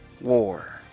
War